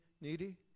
needy